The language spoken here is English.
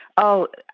oh,